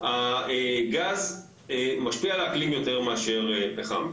הגז משפיע על האקלים יותר מאשר פחם,